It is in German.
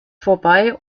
vorbei